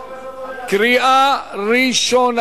קריאה ראשונה.